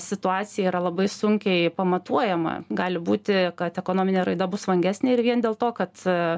situacija yra labai sunkiai pamatuojama gali būti kad ekonominė raida bus vangesnė ir vien dėl to kad